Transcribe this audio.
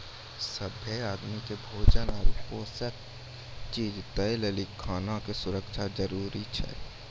सभ्भे आदमी के भोजन आरु पोषक चीज दय लेली खाना के सुरक्षा जरूरी छै